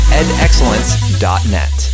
edexcellence.net